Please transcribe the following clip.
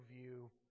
view